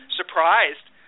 surprised